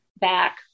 back